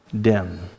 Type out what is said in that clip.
dim